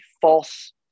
false